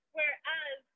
Whereas